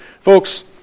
Folks